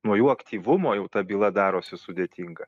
nuo jų aktyvumo jau ta byla darosi sudėtinga